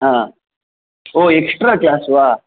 हा ओ extra class वा